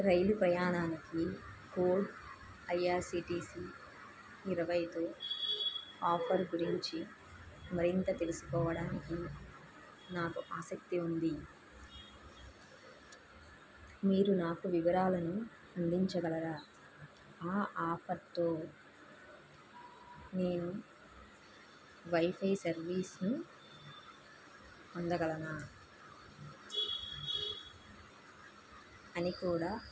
రైలు ప్రయాణానికి code IRCTC ఇరవైతో offer గురించి మరింత తెలుసుకోవడానికి నాకు ఆసక్తి ఉంది మీరు నాకు వివరాలను అందించగలరా ఆ ఆఫర్తో నేను వైఫై సర్వీస్ను పొందగలనా అని కూడా